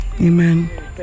amen